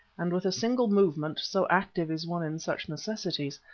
and with a single movement, so active is one in such necessities,